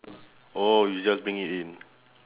oh you just bring it in